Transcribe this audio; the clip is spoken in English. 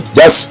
yes